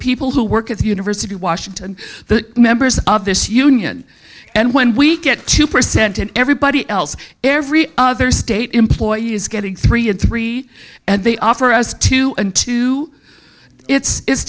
people who work at the university of washington the members of this union and when we get two percent and everybody else every other state employee is getting three and three and they offer as two and two it's